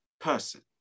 person